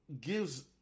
gives